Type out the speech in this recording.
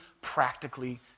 practically